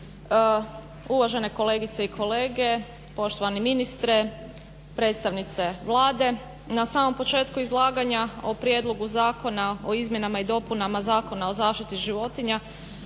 uvažene kolegice i kolege, poštovani ministre, predstavnice Vlade. Na samom početku izlaganja o prijedlogu zakona o izmjenama i dopunama Zakona o zaštiti životinja